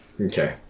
Okay